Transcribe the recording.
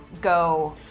go